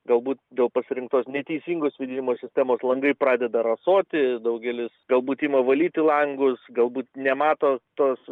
galbūt dėl pasirinktos neteisingos vėdinimo sistemos langai pradeda rasoti daugelis galbūt ima valyti langus galbūt nemato tos